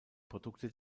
produkte